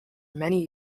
many